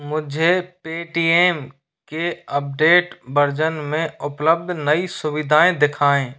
मुझे पेटीएम के update version में उपलब्ध नई सुविधाएँ दिखाएँ